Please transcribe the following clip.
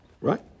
Right